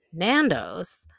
Nandos